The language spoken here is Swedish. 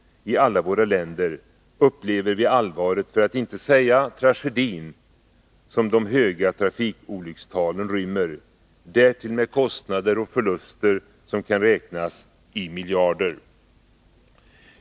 I alla våra länder upplever vi allvaret, för att inte säga tragedin, som de höga trafikolyckstalen rymmer, därtill med kostnader och förluster som kan räknas i miljarder.